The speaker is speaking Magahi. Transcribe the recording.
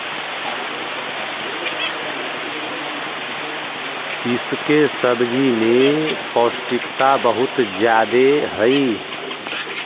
इसके सब्जी में पौष्टिकता बहुत ज्यादे हई